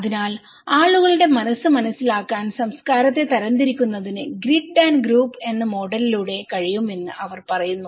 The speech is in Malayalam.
അതിനാൽ ആളുകളുടെ മനസ്സ് മനസിലാക്കാൻ സംസ്കാരത്തെ തരംതിരിക്കുന്നതിന് ഗ്രിഡ് ആൻഡ് ഗ്രൂപ്പ് എന്ന മോഡലിലൂടെ കഴിയുമെന്ന് അവർ പറയുന്നു